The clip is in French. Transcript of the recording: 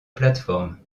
plateforme